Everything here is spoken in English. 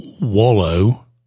wallow